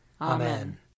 Amen